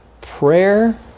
Prayer